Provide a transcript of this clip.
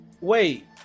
Wait